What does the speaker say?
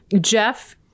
Jeff